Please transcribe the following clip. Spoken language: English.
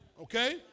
Okay